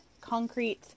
concrete